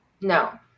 No